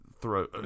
Throw